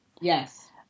Yes